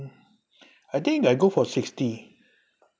mm I think I go for sixty